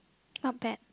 not bad